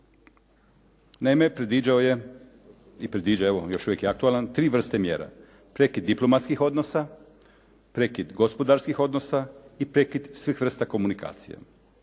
Naime predviđao je i predviđa, evo još uvijek je aktualan, tri vrste mjera; prekid diplomatskih odnosa, prekid gospodarskih odnosa i prekid svih vrsta komunikacije.